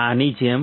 આની જેમ